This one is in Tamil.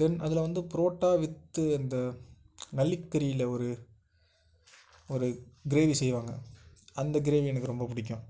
தென் அதில் வந்து ப்ரோட்டா வித்து அந்த நல்லிக் கறியில் ஒரு ஒரு க்ரேவி செய்வாங்க அந்த க்ரேவி எனக்கு ரொம்ப பிடிக்கும்